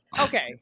okay